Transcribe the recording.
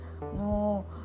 no